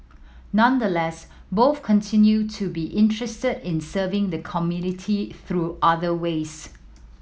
nonetheless both continue to be interested in serving the community through other ways